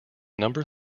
number